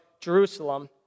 Jerusalem